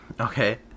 Okay